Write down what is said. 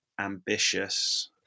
ambitious